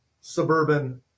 suburban